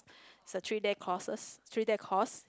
is a three days courses three day course